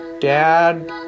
dad